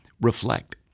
reflect